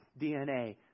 DNA